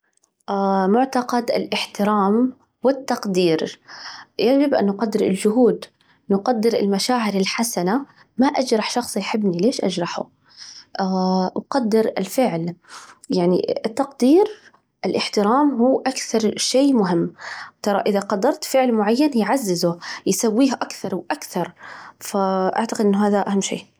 معتقد الإحترام والتقدير يجب أن نقدر الجهود، نقدر المشاعر الحسنة، ما أجرح شخص يحبني، ليش أجرحه؟ أقدر الفعل، يعني التقدير والإحترام هو أكثر شيء مهم، ترى إذا قدرت فعل معين يعززه، يسويه أكثر وأكثر، فأعتقد أنه هذا أهم شيء.